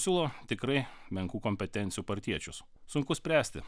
siūlo tikrai menkų kompetencijų partiečius sunku spręsti